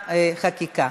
ומתחילים בחקיקה.